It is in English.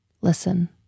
Listen